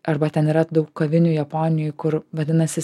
arba ten yra daug kavinių japonijoj kur vadinasi